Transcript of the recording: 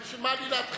אז בשביל מה לי להתחיל.